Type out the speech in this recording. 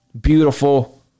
Beautiful